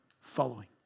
following